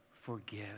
forgive